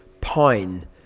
pine